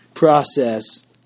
Process